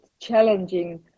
Challenging